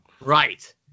Right